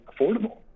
affordable